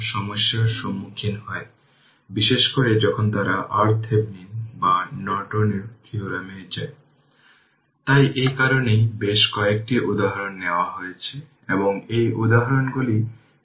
সুতরাং ix t vLt6 কারণ আমি যা কিছু পেয়েছি তা হল এই 6 Ω এবং এই 6 Ω এবং 1 হেনরি প্যারালেল